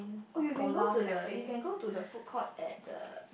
oh you can go to the you can go to the food court at the